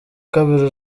kabiri